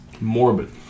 Morbid